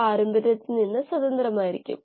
ഈ രണ്ട് തലങ്ങളിൽ ഇത് വളരെ ബുദ്ധിമുട്ടാണ്